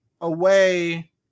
away